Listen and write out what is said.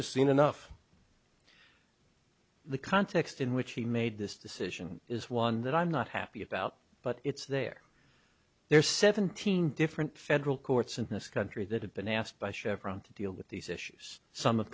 just seen enough the context in which he made this decision is one that i'm not happy about but it's there there are seventeen different federal courts in this country that have been asked by chevron to deal with these issues s